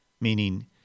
meaning